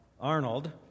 Arnold